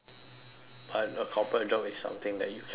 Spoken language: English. but a corporate job is something that you can progress